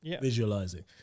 visualizing